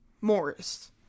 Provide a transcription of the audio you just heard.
morris